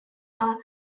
are